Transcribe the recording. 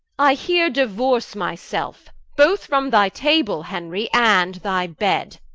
i here diuorce my selfe, both from thy table henry, and thy bed,